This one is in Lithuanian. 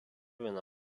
vieną